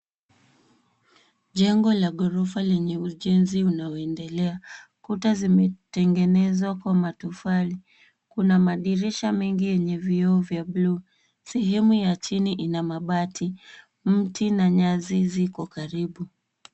Jengo la ghorofa lenye ujenzi unaoendelea. Kuta zimetengenezwa kwa matofali. Kuna madirisha mengi yenye vioo vya bluu. Sehemu ya chini ina mabati. Mti na nyasi ziko karibu.